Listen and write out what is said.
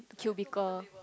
the cubicle